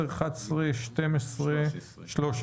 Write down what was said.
10, 11, 12 ו-13.